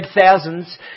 thousands